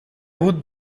route